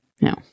no